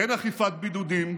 אין אכיפת בידודים,